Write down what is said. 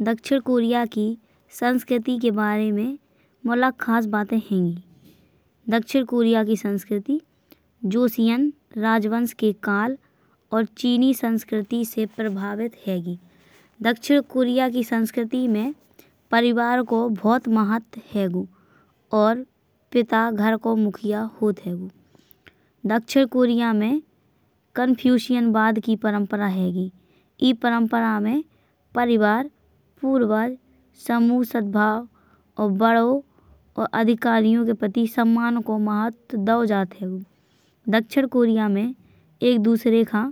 दक्षिण कोरिया की संस्कृति के बारे में मुख्य खास बात है। दक्षिण कोरिया की संस्कृति जोसियन राजवंश के काल और चीनी संस्कृति से प्रभावित है। दक्षिण कोरिया की संस्कृति में परिवार को बहुत महत्व है और पिता घर को मुखिया होते हैं। दक्षिण कोरिया में कन्फ्यूशियसवाद की परंपरा है। इस परंपरा में परिवार, पुरोगामी सद्भाव और बड़ों। और अधिकारियों के प्रति सम्मान को महत्व दिया जाता है। दक्षिण कोरिया में एक दूसरे का